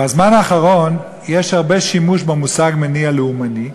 בזמן האחרון יש שימוש רב במושג "מניע לאומני"